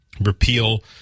repeal